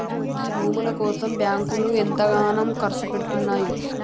గీ భూముల కోసం బాంకులు ఎంతగనం కర్సుపెడ్తున్నయో